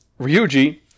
Ryuji